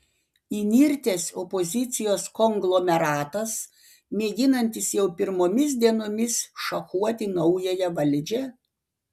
įnirtęs opozicijos konglomeratas mėginantis jau pirmomis dienomis šachuoti naująją valdžią